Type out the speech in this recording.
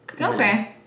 Okay